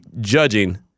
judging